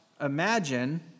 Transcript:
imagine